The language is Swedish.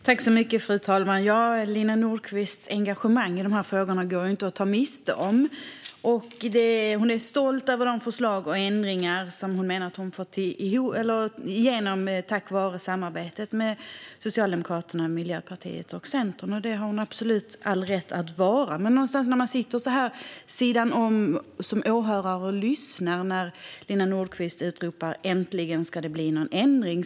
Fru talman! Lina Nordquists engagemang i frågorna går inte att ta miste på. Hon är stolt över de förslag och ändringar som hon menar att hon har fått igenom tack vare samarbetet med Socialdemokraterna, Miljöpartiet och Centern. Och det har hon absolut all rätt att vara. Men man blir lite förbryllad när man sitter så här vid sidan om som åhörare och lyssnar när Lina Nordquist utropar: Äntligen ska det bli någon ändring!